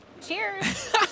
Cheers